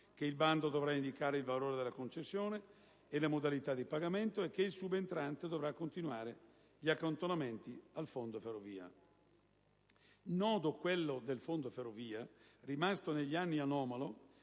che il bando dovrà indicare il valore della concessione e le modalità di pagamento; che il subentrante dovrà continuare gli accantonamenti al «fondo ferrovia». Nodo, quello del «fondo ferrovia», rimasto negli anni anomalo